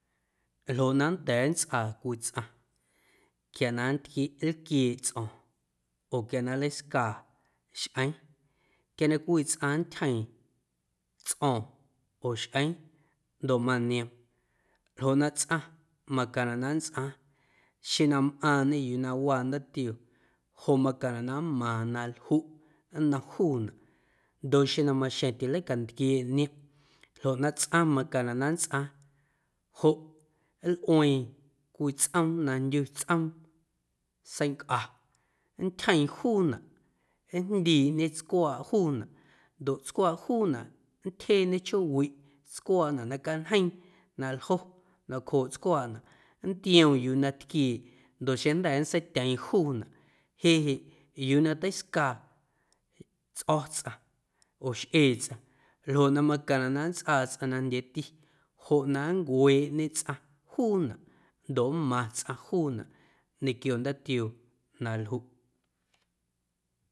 Ljoꞌ na nnda̱a̱ nntsꞌaa cwii tsꞌaⁿ quia na ntquieꞌ nlquieeꞌ tsꞌo̱o̱ⁿ oo quia na nleiscaa xꞌeeⁿ quia na cwii tsꞌaⁿ nntyjeeⁿ tsꞌo̱o̱ⁿ oo xꞌeeⁿ ndoꞌ manioom ljoꞌ na tsꞌaⁿ macaⁿnaꞌ na nntsꞌaaⁿ xeⁿ na mꞌaaⁿñe yuu na mꞌaaⁿ ndaatioo joꞌ macaⁿnaꞌ na nmaaⁿ na ljuꞌ nnom juunaꞌ ndoꞌ xjeⁿ na maxjeⁿ tileicantquieeꞌ niomꞌ ljoꞌ na tsꞌaⁿ macaⁿnaꞌ na nntsꞌaaⁿ joꞌ nlꞌueeⁿ cwii tsꞌoom na jndyu tsꞌoom seincꞌa nntyjeeⁿ juunaꞌ njndiiꞌñe tscwaaꞌnaꞌ ndoꞌ tscwaaꞌ juunaꞌ nntyjeeñe chjoowiꞌ tscwaaꞌnaꞌ na cañjeeⁿ na ljoꞌ nacjooꞌ tscwaaꞌnaꞌ nntioom yuu na tquieeꞌ ndoꞌ xeⁿjnda̱ nntseityeeⁿ juunaꞌ jeꞌ jeꞌ yuu na teiscaa tsꞌo̱ tsꞌaⁿ oo xꞌee tsꞌaⁿ ljoꞌ na macaⁿnaꞌ na nntsꞌaa tsꞌaⁿ najndyeeti joꞌ na nncueeꞌñe tsꞌaⁿ juunaꞌ ndoꞌ nmaⁿ tsꞌaⁿ juunaꞌ ñequio daatioo na nljuꞌ.